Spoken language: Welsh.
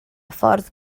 ffordd